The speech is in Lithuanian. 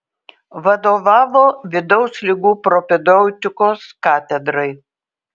vadovavo vidaus ligų propedeutikos katedrai